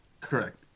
Correct